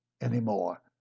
anymore